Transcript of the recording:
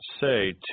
say